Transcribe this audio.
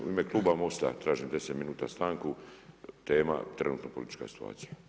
U ime kluba Most-a tražim deset minuta stanku, tema trenutna politička situacija.